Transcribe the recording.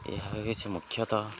ଏହା ହେଉଛି ମୁଖ୍ୟତଃ